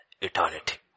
eternity